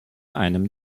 einem